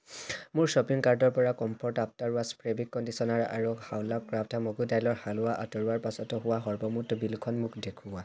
মোৰ শ্বপিং কাৰ্টৰ পৰা comfort after wash fabric conditioner আৰু হাৱলা ক্ৰাফ্ট মগু দাইলৰ হালৱা আঁতৰোৱাৰ পাছত হোৱা সৰ্বমুঠ বিলখন মোক দেখুওৱা